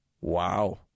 wow